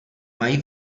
mají